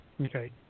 Okay